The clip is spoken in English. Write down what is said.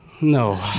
No